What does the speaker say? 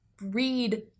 read